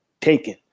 taken